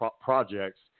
projects